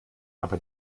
aber